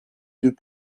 deux